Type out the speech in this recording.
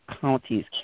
counties